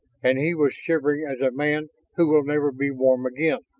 and he was shivering as a man who will never be warm again.